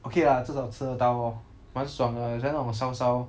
okay lah 吃的吃得到 lor 蛮爽的喜欢那种烧烧